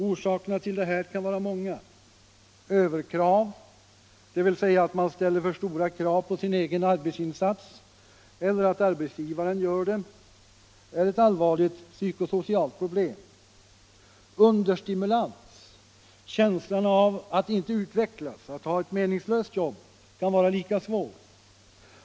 Orsakerna kan vara många. Överkrav, dvs. att man ställer för stora krav på sin egen arbetsinsats, eller att arbetsgivaren gör det, är ett allvarligt psykosocialt problem. Understimulans — känslan av att inte utvecklas, att ha ett meningslöst jobb — kan vara lika svår.